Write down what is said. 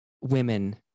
women